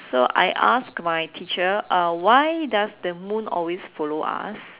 so I asked my teacher uh why does the moon always follow us